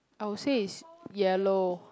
I would say is yellow